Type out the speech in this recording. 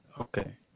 Okay